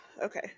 okay